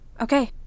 Okay